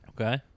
Okay